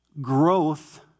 growth